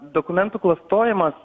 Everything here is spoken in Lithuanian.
dokumentų klastojimas